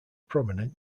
prominent